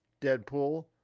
Deadpool